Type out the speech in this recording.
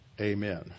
Amen